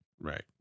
Right